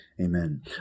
Amen